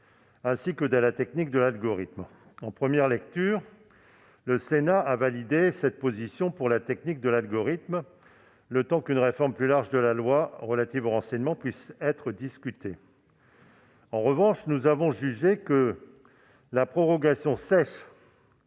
ainsi que de la technique de l'algorithme. En première lecture, le Sénat a validé cette position pour la technique de l'algorithme, le temps qu'une réforme plus large de la loi relative au renseignement puisse être soumise à notre examen. En revanche, nous avons jugé que la prorogation sèche